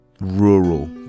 rural